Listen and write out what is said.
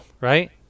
Right